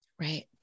right